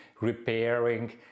repairing